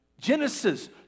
Genesis